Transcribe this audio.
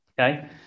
okay